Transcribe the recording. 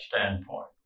standpoint